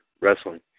wrestling